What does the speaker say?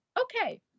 Okay